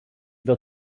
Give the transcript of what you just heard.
iddo